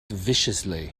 viciously